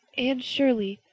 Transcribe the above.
anne shirley,